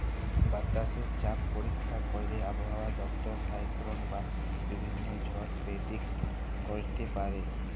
বাতাসে চাপ পরীক্ষা ক্যইরে আবহাওয়া দপ্তর সাইক্লল বা বিভিল্ল্য ঝড় পের্ডিক্ট ক্যইরতে পারে